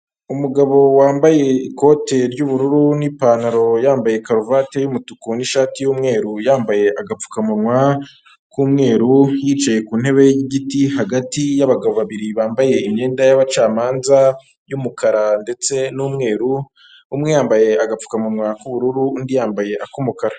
Umugabo wambaye ikote ry'ubururu n'ipantaro yambaye karuvati y'umutuku n'ishati y'umweru, yambaye agapfukamunwa k'umweru, yicaye ku ntebe y'igiti hagati y'abagabo babiri bambaye imyenda y'abacamanza, y'umukara ndetse n'umweru, umwe yambaye agapfukamunwa k'ubururu, undi yambaye ak'umukara.